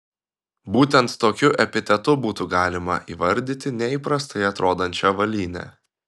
būtent tokiu epitetu būtų galima įvardyti neįprastai atrodančią avalynę